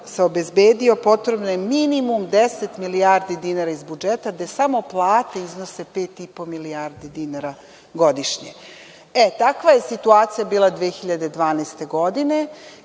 obezbedio potrebno je minimum deset milijardi dinara iz budžeta, da samo plate iznose pet i po milijardi dinara godišnje. Takva situacija je bila 2012. godine